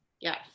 Yes